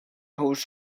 holds